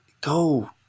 go